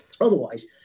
otherwise